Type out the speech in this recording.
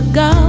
go